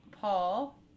Paul